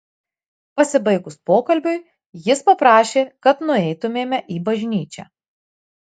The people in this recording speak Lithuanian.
pasibaigus pokalbiui jis paprašė kad nueitumėme į bažnyčią